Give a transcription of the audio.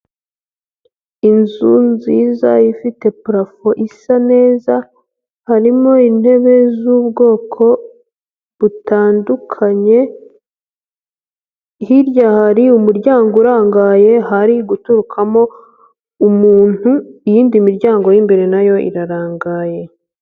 Inzu nziza ifite purafo isa neza, harimo intebe z'ubwoko butandukanye, hirya hari umuryango urangaye, hari guturukamo umuntu, iyindi miryango y'imbere na yo irarangaye.